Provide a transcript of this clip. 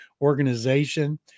organization